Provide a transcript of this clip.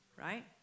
right